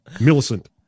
Millicent